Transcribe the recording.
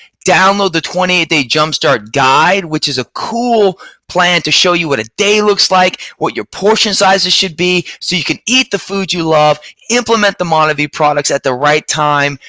download the twenty eight day jumpstart guide. which is a cool plan to show you what a day looks like what your portion sizes should be. so you can eat the foods you love, implement the monavie products at the right time,